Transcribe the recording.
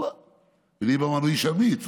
וליברמן הוא איש אמיץ,